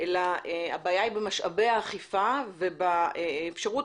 אלא הבעיה היא במשאבי האכיפה ובאפשרות